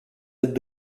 aides